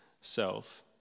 self